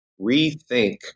rethink